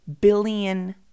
billion